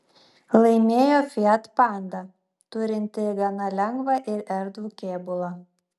laimėjo fiat panda turinti gana lengvą ir erdvų kėbulą